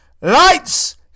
Lights